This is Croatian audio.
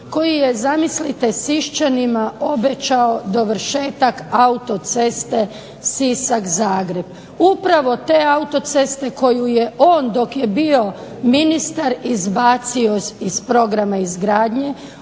koji je zamislite Siščanima obećao dovršetak autoceste Sisak-Zagreb, upravo te autoceste koju je on dok je bio ministar izbacio iz programa izgradnje,